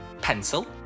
Pencil